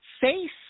face